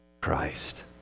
Christ